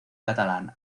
catalán